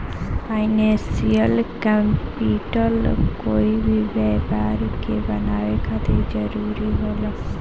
financial capital कोई भी व्यापार के बनावे खातिर जरूरी होला